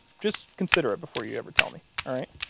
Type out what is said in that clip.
just consider it before you ever tell me, all right?